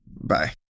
Bye